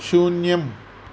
शून्यम्